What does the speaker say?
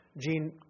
gene